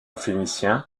phénicien